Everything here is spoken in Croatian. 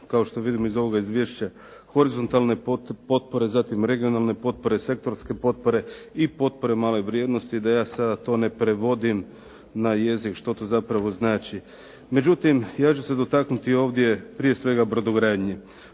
kao što vidimo iz ovoga izvješća, horizontalne potpore, zatim regionalne potpore, sektorske potpore i potpore male vrijednosti da ja sada to ne prevodim na jezik što to zapravo znači. Međutim, ja ću se dotaknuti ovdje prije svega brodogradnje,